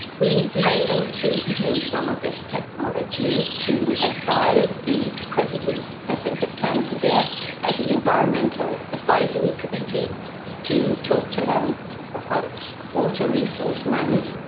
we were able to use some of this technology to advise the president president of tanzania as an environmental advisory committee to talk to him about water resource management.